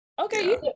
okay